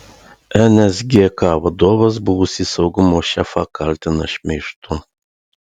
nsgk vadovas buvusį saugumo šefą kaltina šmeižtu